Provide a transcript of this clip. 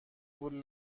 وول